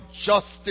justice